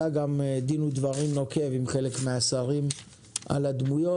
היה גם דין ודברים נוקב עם חלק מהשרים על הדמויות,